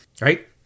right